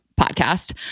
podcast